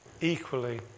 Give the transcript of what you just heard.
equally